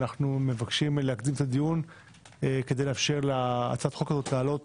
אנחנו מבקשים להקדים את הדיון כדי לאפשר להצעת החוק הזאת לעלות